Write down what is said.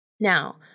Now